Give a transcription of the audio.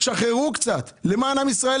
שחררו קצת למען עם ישראל,